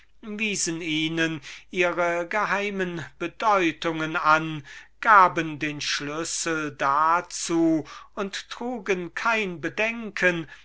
ihnen ihre geheime bedeutungen an gaben den schlüssel dazu und trugen kein bedenken